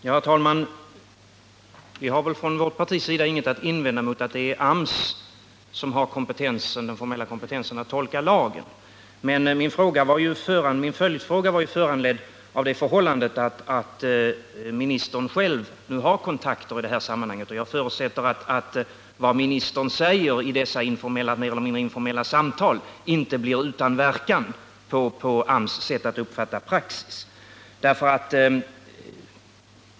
Herr talman! Från vårt partis sida har vi ingenting att invända mot att det är AMS som har den formella kompetensen att tolka lagen, men min följdfråga var föranledd av det förhållandet att arbetsmarknadsministern själv har kontakter i det här sammanhanget. Jag förutsätter att vad ministern säger i dessa mer eller mindre informella samtal inte blir utan verkan på AMS sätt att uppfatta praxis.